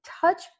touch